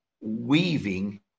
weaving